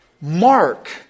Mark